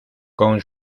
con